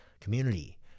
community